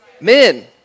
men